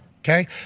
Okay